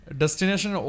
destination